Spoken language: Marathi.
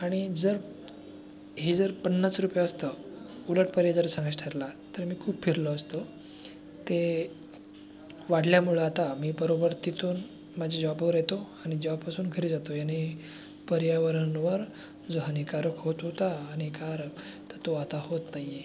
आणि जर हे जर पन्नास रुपये असतं उलटपणे जर सांगायचं ठरला तर मी खूप फिरलो असतो ते वाढल्यामुळं आता मी बरोबर तिथून माझ्या जॉबवर येतो आणि जॉबपसून घरी जातो याने पर्यावरणवर जो हानिकारक होत होता हानिकारक तर तो आता होत नाही आहे